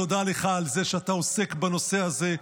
תודה לך על זה שאתה עוסק בנושא הזה,